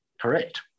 Correct